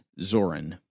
Zoran